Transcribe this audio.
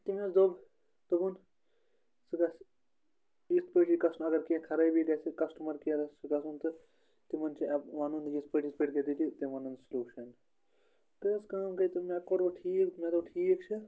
تٔمۍ حظ دوٚپ دوٚپُن ژٕ گژھ یِتھ پٲٹھۍ یہِ گژھُن اگر کیٚنٛہہ خرٲبی گژھِ کَسٹٕمَر کِیرَس چھُ گژھُن تہٕ تِمَن چھُ وَنُن یِتھ پٲٹھۍ یِتھ پٲٹھۍ گٔے دٔلیٖل تِم وَنن سٕلیوٗشَن تہٕ حظ کٲم گٔے تہِ مےٚ کوٚر وۄنۍ ٹھیٖک مےٚ دوٚپ ٹھیٖک چھِ